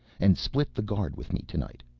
and split the guard with me tonight.